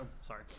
sorry